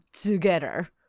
together